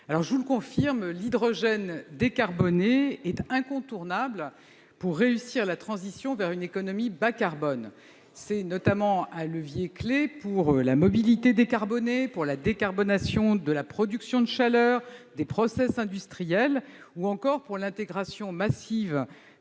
je vous le confirme, l'hydrogène décarboné est incontournable pour réussir la transition vers une économie bas carbone. C'est notamment un levier clé pour la mobilité décarbonée, pour la décarbonation de la production de chaleur des process industriels ou encore pour l'intégration massive